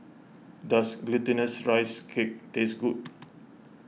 does Glutinous Rice Cake taste good